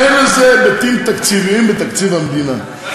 אין לזה היבטים תקציביים בתקציב המדינה.